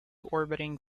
orbiting